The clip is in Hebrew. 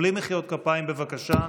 בלי מחיאות כפיים, בבקשה,